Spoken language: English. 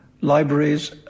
libraries